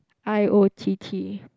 I_O_T_T